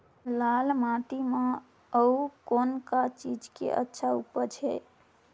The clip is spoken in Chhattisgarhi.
लाल माटी म अउ कौन का चीज के अच्छा उपज है?